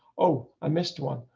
oh, i missed one.